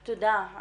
(היו"ר עאידה תומא סלימאן) תודה סאוסאן.